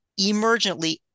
emergently